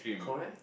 correct